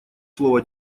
слово